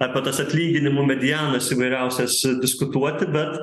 apie tas atlyginimų medianas įvairiausias diskutuoti bet